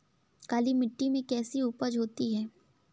काली मिट्टी में कैसी उपज होती है?